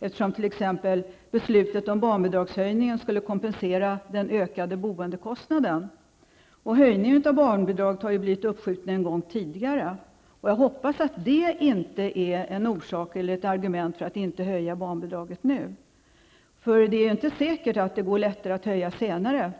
eftersom t.ex. beslutet om höjningen av barnbidraget skulle kompensera den ökade boendekostnaden, och höjningen av barnbidraget har ju blivit uppskjuten en gång tidigare. Jag hoppas att det inte är en orsak eller ett argument för att inte nu höja barnbidraget. Det är ju inte säkert att det går lättare att höja barnbidraget senare.